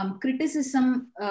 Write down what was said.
criticism